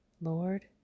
Lord